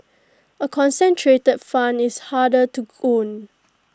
A concentrated fund is harder to own